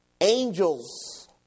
angels